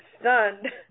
stunned